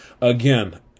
Again